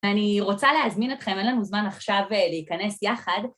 אני רוצה להזמין אתכם, אין לנו זמן עכשיו להיכנס יחד.